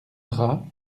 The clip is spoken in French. drap